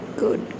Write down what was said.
good